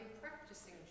practicing